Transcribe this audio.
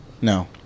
No